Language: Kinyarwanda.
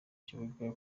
kibuga